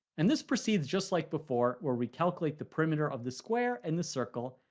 and this proceeds just like before where we calculate the perimeter of the square and the circle,